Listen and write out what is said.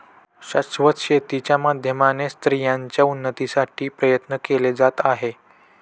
शाश्वत शेती च्या माध्यमाने स्त्रियांच्या उन्नतीसाठी प्रयत्न केले जात आहे